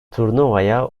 turnuvaya